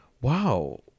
wow